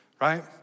right